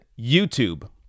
YouTube